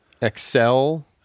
excel